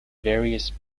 various